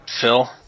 Phil